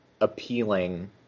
appealing